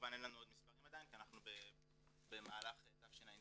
כמובן אין לנו עוד מספרים עדיין כי אנחנו במהלך תשע"ט.